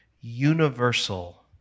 universal